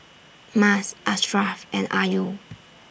Mas Ashraff and Ayu